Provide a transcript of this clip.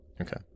Okay